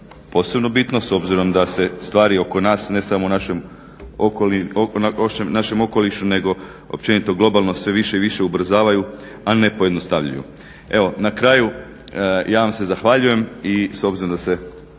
posebno bitno s obzirom da se stvari oko nas, ne samo u našem okolišu nego općenito globalno sve više i više ubrzavaju, a ne pojednostavljuju. Evo na kraju ja vam se zahvaljujem i s obzirom da se